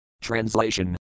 TRANSLATION